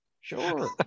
sure